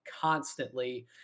constantly